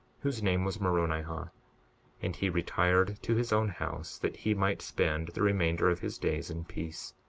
whose name was moronihah and he retired to his own house that he might spend the remainder of his days in peace.